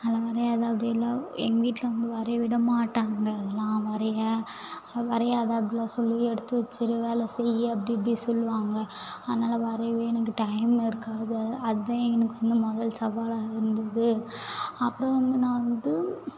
அதெலாம் வரையாத அப்படிலாம் எங்கள் வீட்டில் வந்து வரையை விட மாட்டாங்க அதெலாம் வரையை வரையாத அப்படிலாம் சொல்லி எடுத்து வச்சிரு வேலை செய் அப்படி இப்படி சொல்லுவாங்க அதனால் வரையவே எனக்கு டைம் இருக்காது அதான் எனக்கு வந்து முதல் சவாலாக இருந்துது அப்புறம் வந்து நான் வந்து